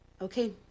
okay